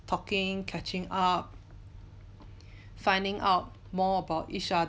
talking catching up finding out more about each other